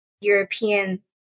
European